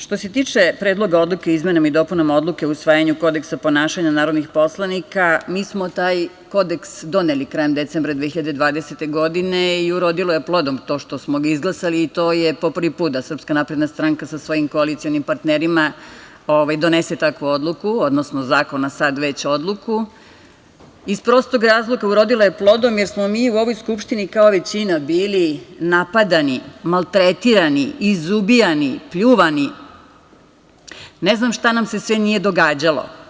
Što se tiče predloga odluke o izmenama i dopunama Odluke o usvajanju kodeksa ponašanja narodnih poslanika, mi smo taj kodeks doneli krajem decembra 2020. godine, i urodilo je plodom to što smo ga izglasali i to je po prvi put da SNS sa svojim koalicionim partnerima, donese takvu odluku, odnosno zakona, sad već odluku, iz prostog razloga, urodilo je plodom, jer smo mi u ovoj Skupštini bili napadani, maltretirani, izubijani, pljuvani i ne znam šta nam se sve nije događalo.